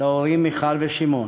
להורים מיכל ושמעון,